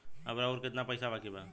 अब अउर कितना पईसा बाकी हव?